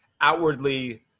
outwardly